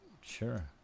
Sure